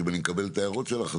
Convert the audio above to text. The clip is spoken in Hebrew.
אני מקבל את ההערות שלך.